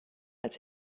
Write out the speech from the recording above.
als